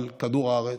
על כדור הארץ.